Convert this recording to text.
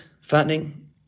fattening